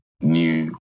new